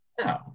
No